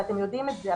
ואתם יודעים את זה,